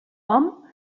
hom